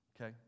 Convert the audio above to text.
Okay